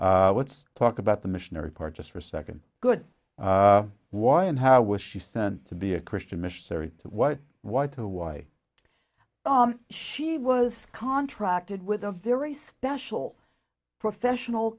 what's talk about the missionary part just for a second good why and how was she sent to be a christian missionary what what or why she was contracted with a very special professional